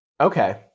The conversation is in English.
Okay